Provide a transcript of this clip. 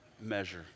measure